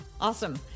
Awesome